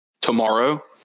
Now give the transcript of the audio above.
tomorrow